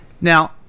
Now